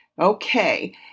Okay